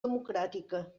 democràtica